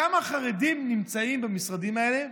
כמה חרדים נמצאים במשרדים האלה,